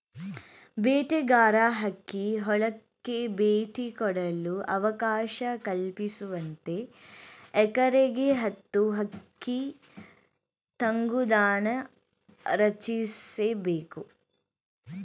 ಬೇಟೆಗಾರ ಹಕ್ಕಿ ಹೊಲಕ್ಕೆ ಭೇಟಿ ಕೊಡಲು ಅವಕಾಶ ಕಲ್ಪಿಸುವಂತೆ ಎಕರೆಗೆ ಹತ್ತು ಹಕ್ಕಿ ತಂಗುದಾಣ ರಚಿಸ್ಬೇಕು